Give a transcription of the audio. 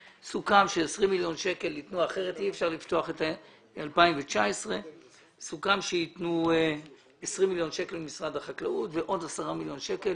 סוכם ש-20 מיליון שקלים יינתנו כי אחרת אי אפשר לפתוח את שנת 2019. סוכם שייתנו 20 מיליון שקלים ממשרד החקלאות ועוד 10 מיליון שקלים